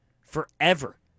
Forever